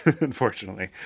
unfortunately